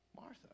Martha